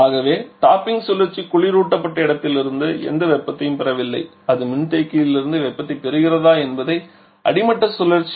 ஆகவே டாப்பிங் சுழற்சி குளிரூட்டப்பட்ட இடத்திலிருந்து எந்த வெப்பத்தையும் பெறவில்லை அது மின்தேக்கியிலிருந்து வெப்பத்தைப் பெறுகிறதா என்பதை அடிமட்ட சுழற்சி